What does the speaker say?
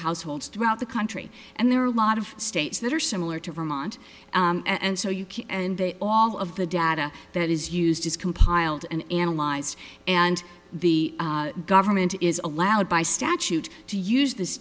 households throughout the country and there are a lot of states that are similar to remonde and so you can and they all of the data that is is used compiled and analyzed and the government is allowed by statute to use this